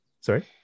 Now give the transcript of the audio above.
Sorry